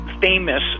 famous